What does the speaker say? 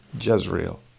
Jezreel